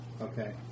Okay